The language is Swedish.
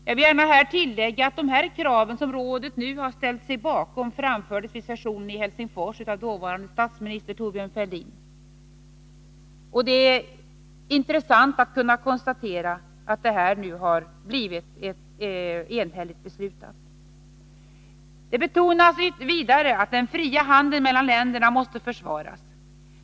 Jag vill här gärna tillägga att de krav som Rådet nu har ställt sig bakom framfördes vid sessionen i Helsingfors av dåvarande statsministern Thorbjörn Fälldin. Det är intressant att kunna konstatera att vi nu kommit fram till ett enhälligt beslut om detta. Det betonades vidare att den fria handeln mellan länderna måste försvaras.